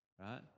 right